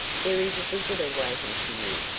there is a visitor waiting for you,